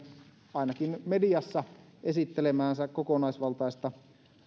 ainakin mediassa esittelemäänsä kokonaisvaltaista